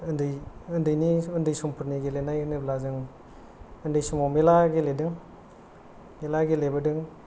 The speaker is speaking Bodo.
ओन्दै समफोरनि गेलेनाय होनोब्ला जों ओन्दै समाव मेरला गेलेदों मेरला गेलेबोदोंमोन